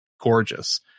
gorgeous